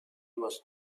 was